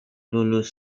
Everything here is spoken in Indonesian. lulus